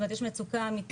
זאת אומרת יש מצוקה אמיתית,